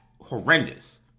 horrendous